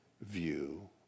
view